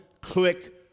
click